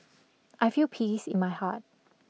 I feel peace in my heart